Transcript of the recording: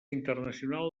internacional